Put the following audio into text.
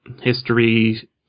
history